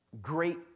great